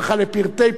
תודה רבה, אדוני השר.